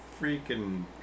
freaking